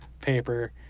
paper